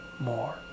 more